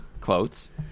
Quotes